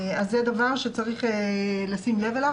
זה דבר שצריך לשים לב אליו,